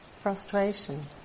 Frustration